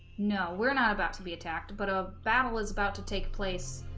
no we're not about to be attacked but ah battle is about to take place